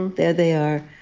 and there they are.